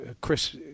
Chris